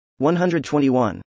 121